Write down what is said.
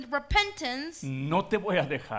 repentance